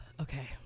Okay